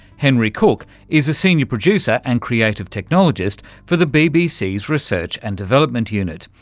henry cooke is a senior producer and creative technologist for the bbc's research and development unit.